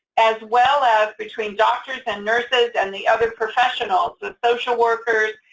as well as between doctors and nurses and the other professionals, the social workers,